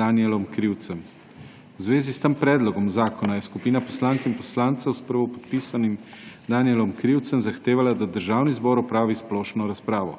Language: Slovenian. Danijelom Krivcem. V zvezi s tem predlogom zakona je skupina poslank in poslancev s prvopodpisanim Danijelom Krivcem zahtevala, da Državni zbor opravi splošno razpravo.